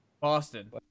Boston